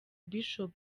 bishop